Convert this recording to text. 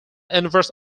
inverse